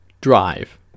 drive